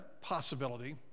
possibility